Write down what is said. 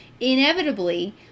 inevitably